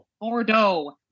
Bordeaux